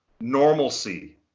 normalcy